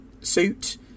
suit